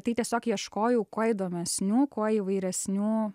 tai tiesiog ieškojau kuo įdomesnių kuo įvairesnių